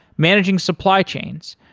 managing supply chains,